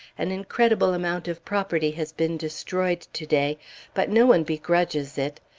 an incredible amount of property has been destroyed to-day but no one begrudges it.